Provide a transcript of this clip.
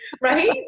right